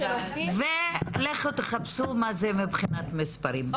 ולכו תחפשו מה זה מבחינת מספרים.